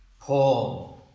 Paul